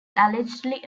allegedly